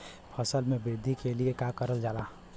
फसल मे वृद्धि के लिए का करल जाला?